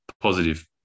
positive